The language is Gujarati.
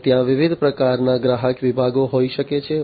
અને ત્યાં વિવિધ પ્રકારના ગ્રાહક વિભાગો હોઈ શકે છે